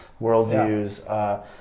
Worldviews